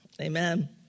Amen